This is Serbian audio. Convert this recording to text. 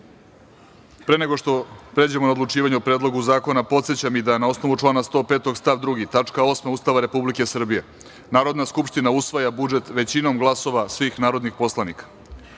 nego što pređemo na odlučivanje o Predlogu zakona, podsećam vas da, na osnovu člana 105. stav 2. tačka 8. Ustava Republike Srbije, Narodna skupština usvaja budžet većinom glasova svih narodnih poslanika. Pošto